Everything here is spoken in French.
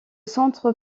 centre